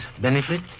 Benefit